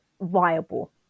viable